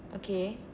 okay